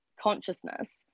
consciousness